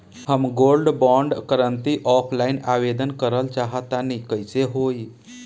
हम gold bond करंति offline आवेदन करल चाह तनि कइसे होई?